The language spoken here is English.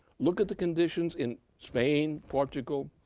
look at the conditions in spain, portugal,